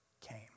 came